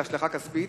השלכה כספית.